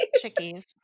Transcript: chickies